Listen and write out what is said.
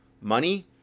Money